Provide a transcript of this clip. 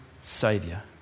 saviour